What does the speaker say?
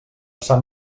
sant